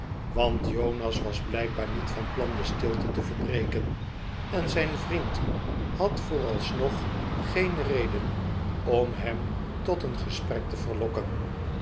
want jonas was blijkbaar niet van plan de stilte te verbreken en zijn vriend had vooralsnog geen reden om hem tot een gesprek te verlokken